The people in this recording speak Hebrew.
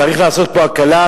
צריך לעשות פה הקלה,